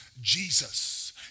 Jesus